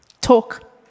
Talk